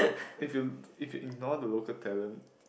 if you if you ignore the local talent